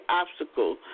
obstacle